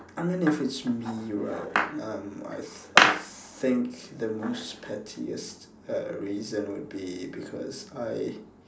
I mean if it's me right um I I think the most pettiest uh reason would be because I